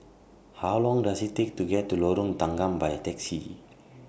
How Long Does IT Take to get to Lorong Tanggam By Taxi